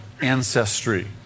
ancestry